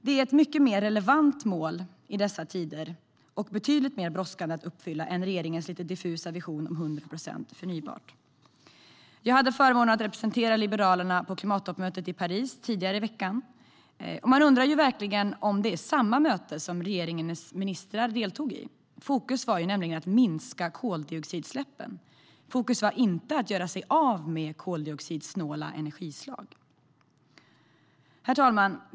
Det är ett mycket mer relevant mål i dessa tider och betydligt mer brådskande att uppfylla än regeringens lite diffusa vision om 100 procent förnybart. Jag hade förmånen att representera Liberalerna på klimattoppmötet i Paris tidigare i veckan. Man undrar om det verkligen var samma möte som regeringens ministrar deltog i. Fokus var att minska koldioxidutsläppen. Fokus var inte att göra sig av med koldioxidsnåla energislag. Herr talman!